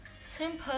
simple